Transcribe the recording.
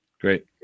Great